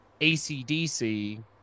ACDC